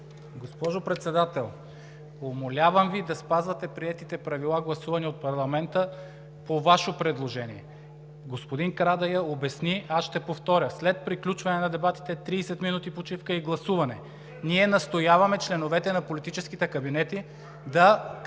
Госпожо Председател, умолявам Ви да спазвате приетите правила, гласувани от парламента по Ваше предложение. Господин Карадайъ обясни, а аз ще повторя: „След приключване на дебатите 30 минути почивка и гласуване.“ Ние настояваме „членовете на политическите кабинети“, както